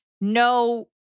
no